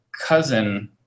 cousin